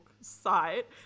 site